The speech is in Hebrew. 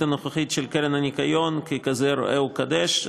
הנוכחית של הקרן לשמירת הניקיון ככזה ראה וקדש.